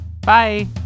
Bye